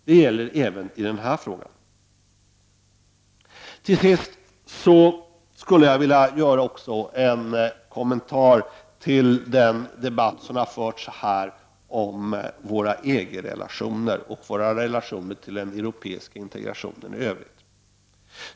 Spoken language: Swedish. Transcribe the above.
Det gäller även i denna fråga. Till sist skulle jag också vilja göra en kommentar till den debatt som här har förts om våra relationer till EG och till den europeiska integrationen i Övrigt.